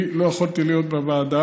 אני לא יכולתי להיות בוועדה,